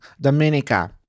Dominica